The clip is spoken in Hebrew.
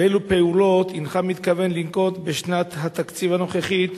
ואילו פעולות הינך מתכוון לנקוט בשנת התקציב הנוכחית